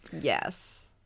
Yes